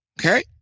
Okay